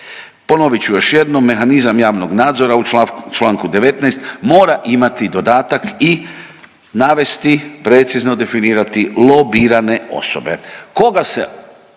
Ponovit ću još jednom mehanizam javnog nadzora u članku 19. mora imati dodatak i navesti precizno definirati lobirane osobe,